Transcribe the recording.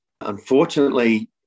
unfortunately